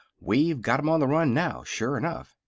we've got em on the run now, sure enough.